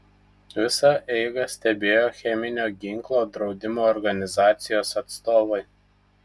visą eigą stebėjo cheminio ginklo draudimo organizacijos atstovai